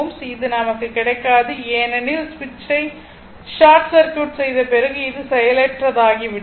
இது நமக்கு கிடைக்காது ஏனெனில் சுவிட்சை ஷார்ட் சர்க்யூட் செய்த பிறகு இது செயலற்றதாகிவிடுகிறது